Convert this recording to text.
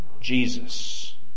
Jesus